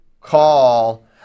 call